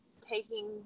taking